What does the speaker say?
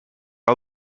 are